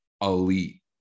elite